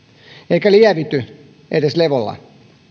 eikä lievity edes levolla